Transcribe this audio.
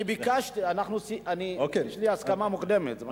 אני ביקשתי, יש לי הסכמה מוקדמת.